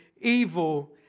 evil